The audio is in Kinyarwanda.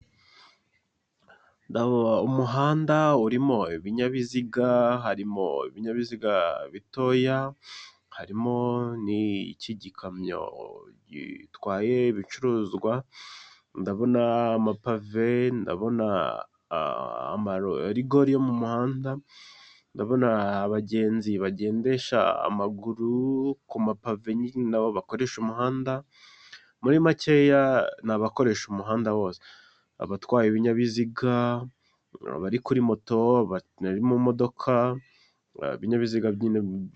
Umuhanda urimo ibinyabiziga harimo ibinyabiziga bitoya, harimo n'ikigikamyo gitwaye ibicuruzwa, ndabona amapave, ndabona amarigori yo mu muhanda, ndabona abagenzi bagendesha amaguru ku mapave nabo bakoresha umuhanda, muri makeya n'abakoresha umuhanda bose, abatwa ibinyabiziga, abari kuri moto abari mu modoka, ibinyabiziga nyine.